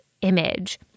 image